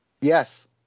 yes